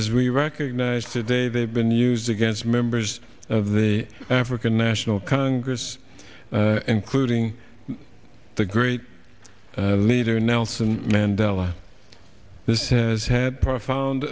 as we recognize today they have been used against members of the african national congress including the great leader nelson mandela this has had profound